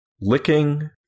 Licking